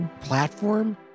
Platform